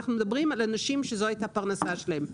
אנחנו מדברים על אנשים שזו הייתה הפרנסה שלהם,